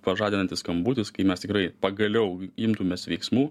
pažadinantis skambutis kai mes tikrai pagaliau imtumės veiksmų